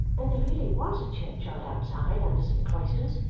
and there really was a churchyard outside under some cloisters,